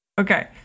Okay